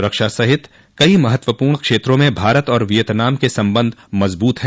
रक्षा सहित कई महत्वपूर्ण क्षेत्रों में भारत और वियतनाम के संबंध मजबूत हैं